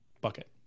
bucket